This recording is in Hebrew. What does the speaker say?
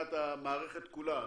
מבחינת המערכת כולה.